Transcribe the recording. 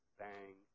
bang